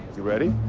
you ready?